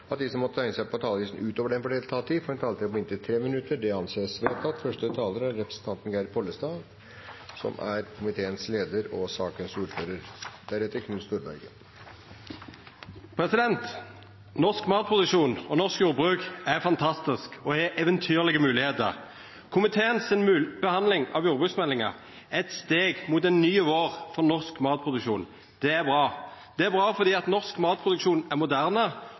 at de som måtte tegne seg på talerlisten utover den fordelte taletid, får en taletid på inntil 3 minutter. – Det anses vedtatt. Norsk matproduksjon og norsk jordbruk er fantastisk og har eventyrlege moglegheiter. Komiteens behandling av jordbruksmeldinga er eit steg mot ein ny vår for norsk matproduksjon. Det er bra. Det er bra fordi norsk matproduksjon er moderne,